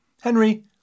Henry